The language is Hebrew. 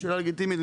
שאלה לגיטימית,